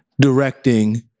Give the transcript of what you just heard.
directing